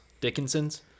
Dickinson's